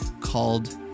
called